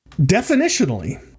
Definitionally